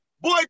Boy